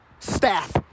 Staff